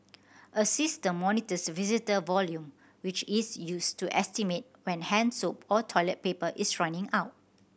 a system monitors visitor volume which is used to estimate when hand soap or toilet paper is running out